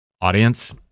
audience